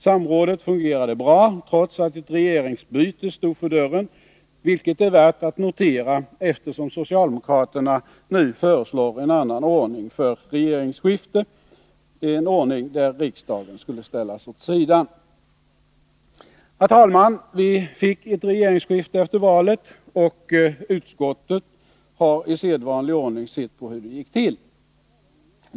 Samrådet fungerade bra, trots att ett regeringsbyte stod för dörren, vilket är värt att notera, eftersom socialdemokraterna nu föreslår en annan ordning för regeringsskifte, en ordning där riksdagen skulle ställas åt sidan. Herr talman! Vi fick ett regeringsskifte efter valet, och utskottet har i sedvanlig ordning sett på hur det gick till.